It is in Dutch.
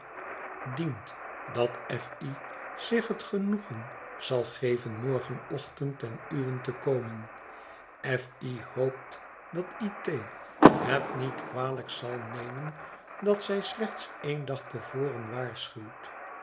dient dat f i zich het genoegen zal geven morgen ochtend ten uwent te komen f l hoopt dat i t het niet kwalijk zal nemen dat zij slechts en dag te voren waarschuwt